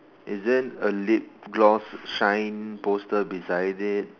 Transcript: is there a lip gloss shine poster beside it